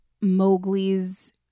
Mowgli's